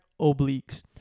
obliques